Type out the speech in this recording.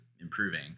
improving